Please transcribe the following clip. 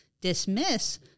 dismiss